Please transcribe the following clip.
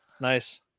Nice